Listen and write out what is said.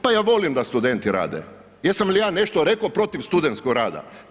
Pa ja volim da studenti rade, jesam li ja nešto reko protiv studentskog rada?